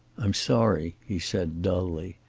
i'm sorry, he said, dully,